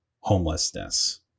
homelessness